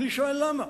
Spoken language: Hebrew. אני שואל: למה?